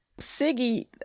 Siggy